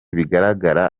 bigaragara